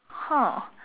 hor